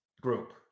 group